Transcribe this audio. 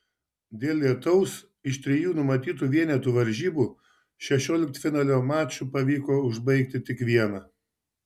dėl lietaus iš trijų numatytų vienetų varžybų šešioliktfinalio mačų pavyko užbaigti tik vieną